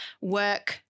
work